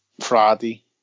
Friday